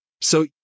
So-